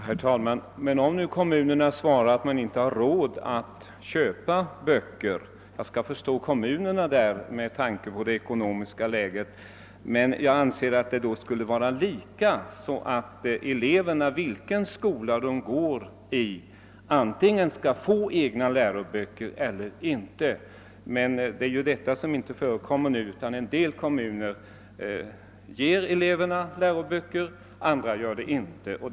Herr talman! Men om nu kommunerna svarar att de inte har råd att köpa böcker? Man skall förstå kommunerna med tanke på det ekonomiska läget. Jag anser att det skall vara lika för alla så att eleverna, vilken skola de än går i, antingen skall få egna läroböcker eller inte. Men så är det inte, utan en del kommuner ger eleverna läroböcker, andra gör det inte.